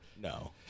no